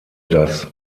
das